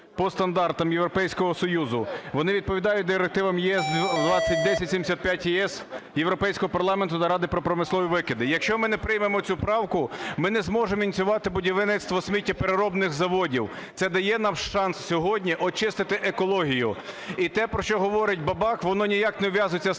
по стандартам Європейського Союзу, вони відповідають директивам ЄС 2010/75/ЄС Європейського парламенту наради про промислові викиди. Якщо ми не приймемо цю правку, ми не зможемо ініціювати будівництво сміттєпереробних заводів, це дає нам шанс сьогодні очистити екологію. І те, про що говорить Бабак, воно ніяк не ув'язується з тим,